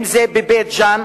אם בבית-ג'ן.